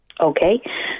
Okay